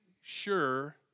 sure